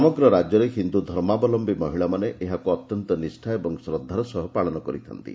ସମଗ୍ର ରାକ୍ୟରେ ହିନ୍ଦୁଧର୍ମାବଲମ୍ୟୀ ମହିଳାମାନେ ଏହାକୁ ଅତ୍ୟନ୍ତ ନିଷା ଓ ଶ୍ରଦ୍ଧାର ସହ ପାଳନ କରିଥାନ୍ତି